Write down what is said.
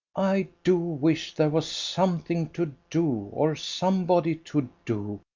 i do wish there was something to do, or somebody to do,